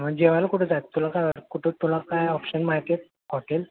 मग जेवायला कुठं जायचं तुला काय कुठं तुला काय ऑप्शन माहिती आहेत हॉटेल